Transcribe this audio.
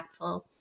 impactful